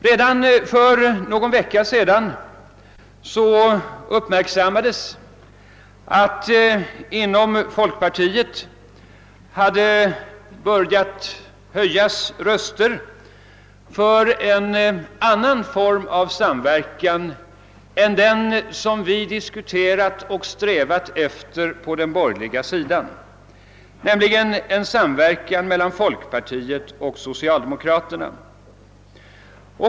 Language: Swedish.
Redan för en vecka sedan uppmärksammades att det inom folkpartiet hade börjat höjas röster för en annan form av samverkan än den som vi diskuterat och strävat efter på den borgerliga sidan, nämligen en samverkan mellan folkpartiet och socialdemokraterna.